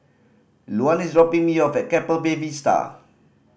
Luann is dropping me off at Keppel Bay Vista